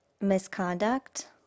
misconduct